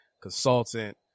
consultant